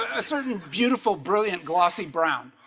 a certain beautiful brilliant glossy brown